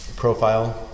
profile